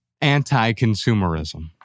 anti-consumerism